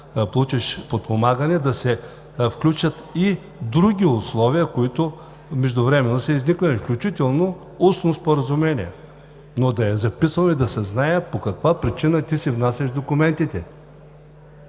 получиш подпомагане, да се включат и други условия, които са изникнали междувременно, включително устно споразумение, но да е записано и да се знае по каква причина ти си внасяш документите.